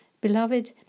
Beloved